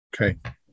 Okay